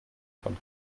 von